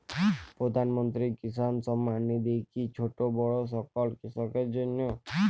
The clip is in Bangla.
প্রধানমন্ত্রী কিষান সম্মান নিধি কি ছোটো বড়ো সকল কৃষকের জন্য?